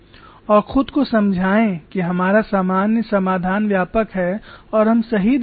और खुद को समझाएं कि हमारा सामान्य समाधान व्यापक है और हम सही दिशा में हैं